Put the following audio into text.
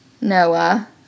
Noah